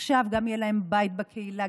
עכשיו יהיה להם בית בקהילה,